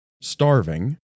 starving